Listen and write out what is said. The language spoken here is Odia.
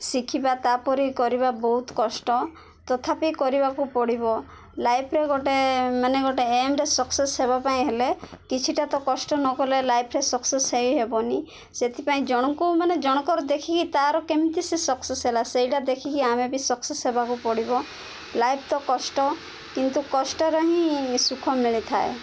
ଶିଖିବା ତା ପରି କରିବା ବହୁତ କଷ୍ଟ ତଥାପି କରିବାକୁ ପଡ଼ିବ ଲାଇଫ୍ରେ ଗୋଟାଏ ମାନେ ଗୋଟେ ଏମ୍ରେ ସକ୍ସେସ ହେବା ପାଇଁ ହେଲେ କିଛିଟା ତ କଷ୍ଟ ନକଲେ ଲାଇଫ୍ରେ ସକ୍ସେସ ହେଇ ହେବନି ସେଥିପାଇଁ ଜଣଙ୍କୁ ମାନେ ଜଣଙ୍କର ଦେଖିକି ତାର କେମିତି ସେ ସକ୍ସେସ ହେଲା ସେଇଟା ଦେଖିକି ଆମେ ବି ସକ୍ସେସ ହେବାକୁ ପଡ଼ିବ ଲାଇଫ ତ କଷ୍ଟ କିନ୍ତୁ କଷ୍ଟରେ ହିଁ ସୁଖ ମିଳିଥାଏ